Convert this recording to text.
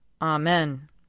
Amen